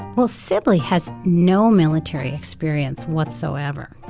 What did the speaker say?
well, sib ley has no military experience whatsoever.